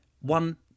one